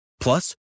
Plus